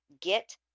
get